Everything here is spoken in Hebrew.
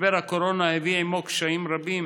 משבר הקורונה הביא עמו קשיים רבים